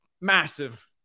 massive